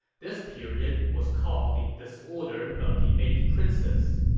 this period was called the disorder of the eight princes.